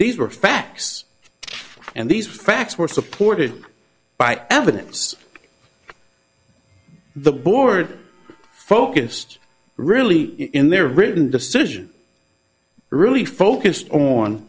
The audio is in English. these were facts and these facts were supported by evidence the board focused really in their written decision really focused on